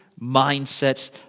mindsets